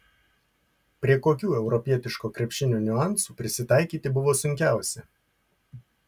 prie kokių europietiško krepšinio niuansų prisitaikyti buvo sunkiausia